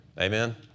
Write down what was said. Amen